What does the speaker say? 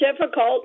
difficult